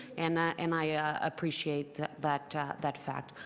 and and i appreciate that that fact.